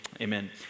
amen